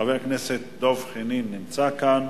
חבר הכנסת דב חנין נמצא כאן.